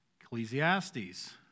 Ecclesiastes